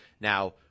now